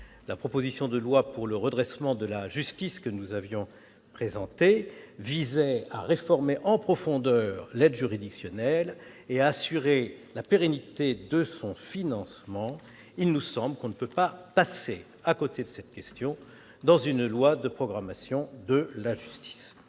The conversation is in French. de programmation pour le redressement de la justice que nous avions présentée visait à réformer en profondeur l'aide juridictionnelle et à assurer la pérennité de son financement. Il nous semble que l'on ne peut pas laisser de côté cette question dans une loi de programmation pour la justice.